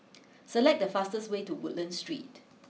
select the fastest way to Woodlands Street